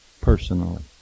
personally